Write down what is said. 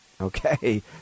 Okay